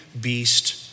beast